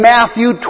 Matthew